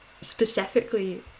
specifically